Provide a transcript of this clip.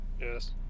yes